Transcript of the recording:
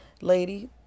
lady